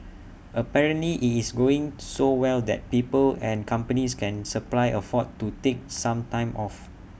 apparently IT is going so well that people and companies can supply afford to take some time off